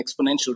exponential